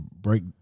break